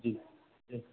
जी